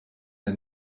der